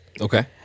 Okay